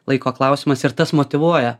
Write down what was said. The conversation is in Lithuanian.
laiko klausimas ir tas motyvuoja